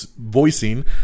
voicing